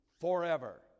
forever